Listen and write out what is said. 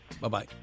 Bye-bye